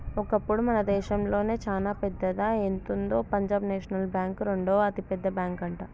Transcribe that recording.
ఒకప్పుడు మన దేశంలోనే చానా పెద్దదా ఎంతుందో పంజాబ్ నేషనల్ బ్యాంక్ రెండవ అతిపెద్ద బ్యాంకట